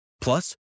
Plus